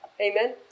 Amen